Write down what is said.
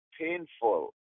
painful